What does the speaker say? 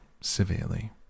severely